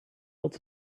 else